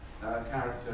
character